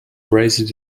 raised